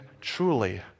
truly